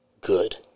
good